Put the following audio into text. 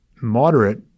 moderate